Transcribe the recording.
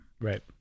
right